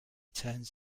turns